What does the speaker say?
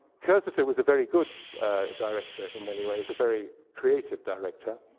cursiter was a very good director in many ways, a very creative director,